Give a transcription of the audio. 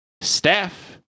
staff